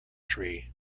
tree